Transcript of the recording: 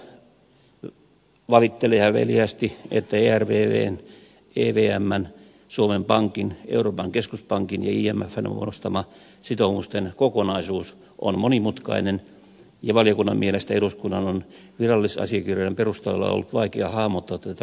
tarkastusvaliokunta valittelee häveliäästi että ervvn evmn suomen pankin euroopan keskuspankin ja imfn muodostama sitoumusten kokonaisuus on monimutkainen ja valiokunnan mielestä eduskunnan on virallisasiakirjojen perusteella ollut vaikea hahmottaa tätä kokonaisuutta